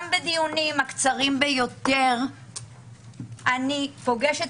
גם בדינים הקצרים ביותר אני פוגשת